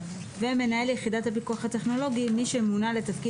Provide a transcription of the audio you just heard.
"מנהל יחידת הפיקוח הטכנולוגי" מי שמונה לתפקיד